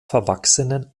verwachsenen